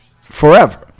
forever